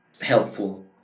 helpful